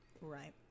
Right